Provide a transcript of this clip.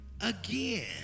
again